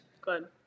Good